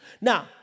Now